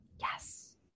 Yes